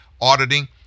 auditing